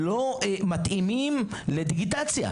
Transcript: לא כולם מתאימים לדיגיטציה.